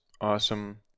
awesome